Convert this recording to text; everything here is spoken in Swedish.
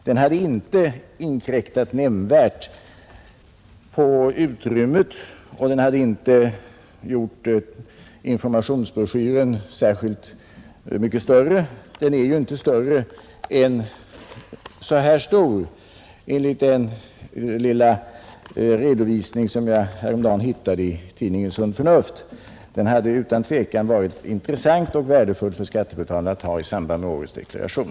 Den hade inte inkräktat nämnvärt på utrymmet, och den hade inte gjort informationsbroschyren särskilt mycket större. Det framgår av den tabell, som jag häromdagen hittade i tidningen Sunt Förnuft. Den hade utan tvivel varit intressant och värdefull att ha för skattebetalarna i samband med årets deklaration.